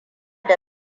da